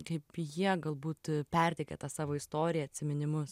kaip jie galbūt perteikė tą savo istoriją atsiminimus